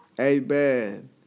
Amen